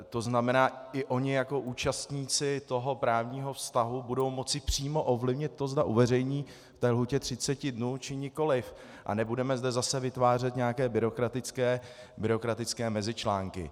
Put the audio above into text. To znamená, i ony jako účastníci toho právního vztahu budou moci přímo ovlivnit to, zda uveřejní ve lhůtě 30 dnů, či nikoliv, a nebudeme zde zase vytvářet nějaké byrokratické mezičlánky.